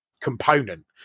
component